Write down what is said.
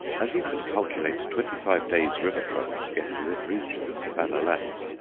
as you can calculate twenty-five days' river travel to get within reach of the savannah lands,